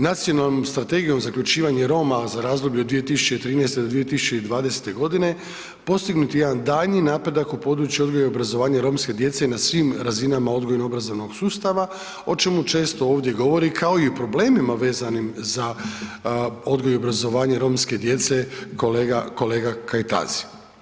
Nacionalnom strategijom za uključivanje Roma za razdoblje od 2013.-2020. g. postignut je jedan daljnji napredak u području odgoja i obrazovanja romske djece na svim razinama odgojno-obrazovnog sustava, o čemu često ovdje govori, kao i o problemima vezanim za odgoj i obrazovanje romske djece, kolega Kajtazi.